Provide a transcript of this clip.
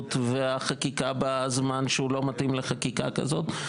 והחקיקה בזמן שהוא לא מתאים לחקיקה כזאת,